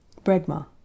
Bregma